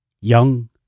Young